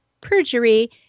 perjury